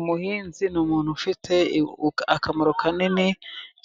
Umuhinzi ni umuntu ufite akamaro kanini